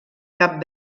cap